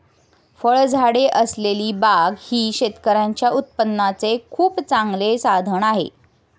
फळझाडे असलेली बाग ही शेतकऱ्यांच्या उत्पन्नाचे खूप चांगले साधन आहे